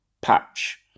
patch